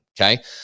Okay